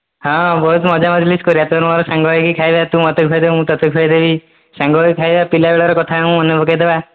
ହଁ ବହୁତ ମଜା ମଜ୍ଲିସ୍ କରିବା ତୋର ମୋର ସାଙ୍ଗ ହୋଇକି ଖାଇବା ତୁ ମୋତେ ଖୁଆଇଦେବୁ ମୁଁ ତୋତେ ଖୁଆଇଦେବି ସାଙ୍ଗ ହୋଇ ଖାଇବା ପିଲା ବେଳର କଥା ମନେପକାଇ ଦେବା